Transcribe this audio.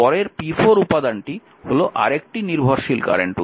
এর পরের p4 উপাদানটি হল আরেকটি নির্ভরশীল কারেন্ট উৎস